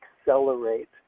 accelerate